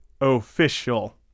official